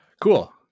cool